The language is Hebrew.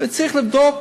וצריך לבדוק